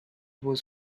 was